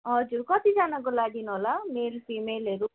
हजुर कतिजनाको लागि होला मेल फिमेलहरू